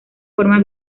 forma